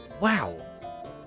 wow